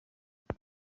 what